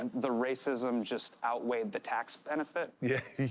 and the racism just outweighed the tax benefit. yes.